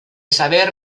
saber